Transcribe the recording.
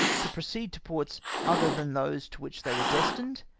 to proceed to ports other than those to which they were destined,